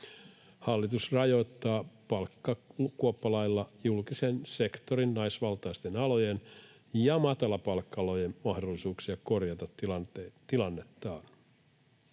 Hallitus rajoittaa palkkakuoppalailla julkisen sektorin, naisvaltaisten alojen ja matalapalkka-alojen mahdollisuuksia korjata tilannettaan.